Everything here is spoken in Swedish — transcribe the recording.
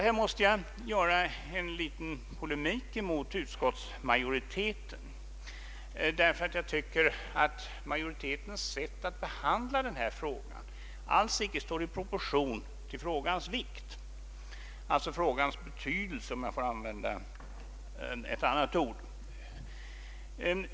Här måste jag göra en liten polemik mot utskottsmajoriteten, då jag tycker att majoritetens lättvindiga sätt att behandla denna fråga alls icke står i proportion till frågans betydelse, om jag får använda ett annat ord.